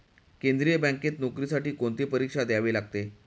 केंद्रीय बँकेत नोकरीसाठी कोणती परीक्षा द्यावी लागते?